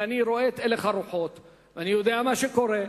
ורואה את הלך הרוחות, ואני יודע מה שקורה,